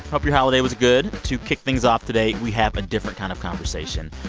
hope your holiday was good. to kick things off today, we have a different kind of conversation.